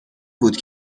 بود